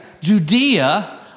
Judea